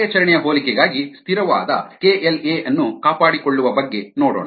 ಕಾರ್ಯಾಚರಣೆಯ ಹೋಲಿಕೆಗಾಗಿ ಸ್ಥಿರವಾದ KLa ಅನ್ನು ಕಾಪಾಡಿಕೊಳ್ಳುವ ಬಗ್ಗೆ ನೋಡೋಣ